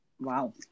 Wow